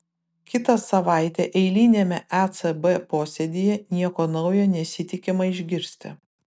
kitą savaitę eiliniame ecb posėdyje nieko naujo nesitikima išgirsti